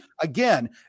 Again